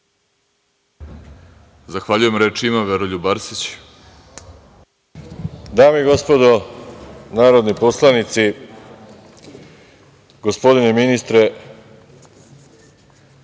Zahvaljujem. Reč ima Veroljub Arsić.